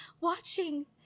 watching